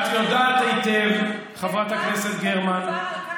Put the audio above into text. את יודעת היטב, חברת הכנסת גרמן, מדובר על כך